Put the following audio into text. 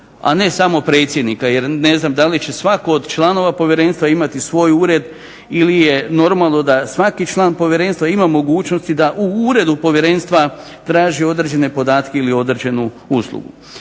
a ne samo predsjednika jer ne znam da li će svatko od članova povjerenstva imati svoj ured ili je normalno da svaki član povjerenstva ima mogućnosti da u Uredu povjerenstva traži određene podatke ili određenu uslugu.